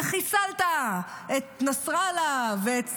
וחיסלת את נסראללה ואת סנוואר,